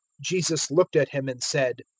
jesus looked at him and said,